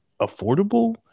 affordable